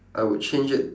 I would change it